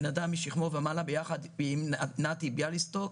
בן אדם משכמו ומעלה, ביחד עם נתי ביאליסטוק.